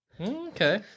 Okay